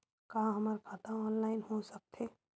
का हमर खाता ऑनलाइन हो सकथे?